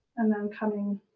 and then coming